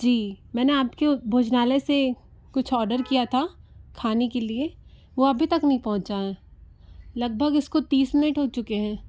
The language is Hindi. जी मैंने आप के भोजनालय से कुछ ऑडर किया था खाने के लिए वो अभी तक नहीं पहुंचा है लगभग इसको तीस मिनट हो चुके हैं